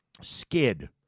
Skid